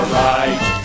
right